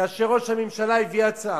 כאשר ראש הממשלה הביא הצעה.